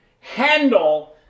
handle